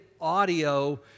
audio